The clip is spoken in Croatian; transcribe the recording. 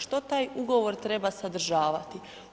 Što taj ugovor treba sadržavati?